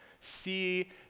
See